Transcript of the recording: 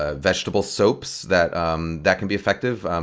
ah vegetable soaps that um that can be effective. um